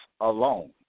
alone